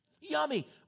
yummy